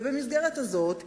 ובמסגרת הזאת ישבו,